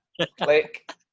Click